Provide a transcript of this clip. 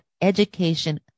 education